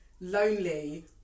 lonely